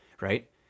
right